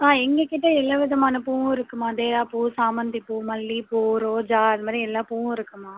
ஆ எங்கள்கிட்ட எல்லாம் விதமான பூவும் இருக்கும்மா டேராப்பூ சாமந்திப்பூ மல்லிப்பூ ரோஜா அது மாதிரி எல்லா பூவும் இருக்கும்மா